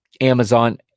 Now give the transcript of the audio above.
Amazon